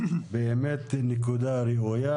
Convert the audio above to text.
באמת נקודה ראויה,